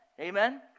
Amen